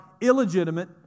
illegitimate